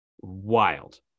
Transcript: Wild